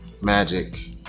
magic